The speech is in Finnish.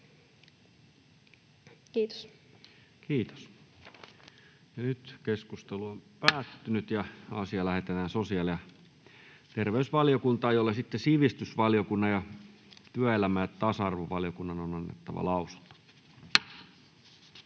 8. asia. Puhemiesneuvosto ehdottaa, että asia lähetetään sosiaali- ja terveysvaliokuntaan, jolle sivistysvaliokunnan ja työelämä- ja tasa-arvovaliokunnan on annettava lausunto.